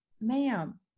ma'am